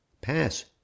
Pass